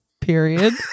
period